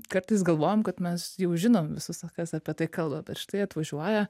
kartais galvojam kad mes jau žinom visus kas apie tai kalba bet štai atvažiuoja